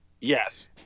Yes